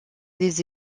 des